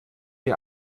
die